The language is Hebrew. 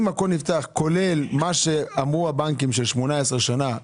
אם הכול נפתח כולל מה שאמרו הבנקים של 18 שנה,